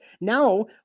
Now